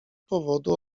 powodu